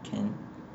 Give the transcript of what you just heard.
can